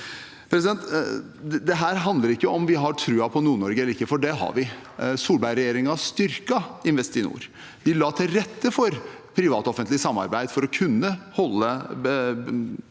Dette handler ikke om vi har troen på Nord-Norge eller ikke, for det har vi. Solberg-regjeringen styrket Investinor. Den la til rette for privat-offentlig samarbeid for å kunne bidra